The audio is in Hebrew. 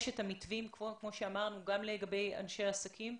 כמו שאמרנו, יש את המתווים גם לגבי אנשי עסקים.